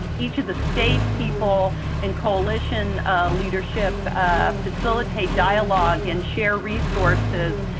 each of the state people and coalition leadership facilitate dialogue and share resources.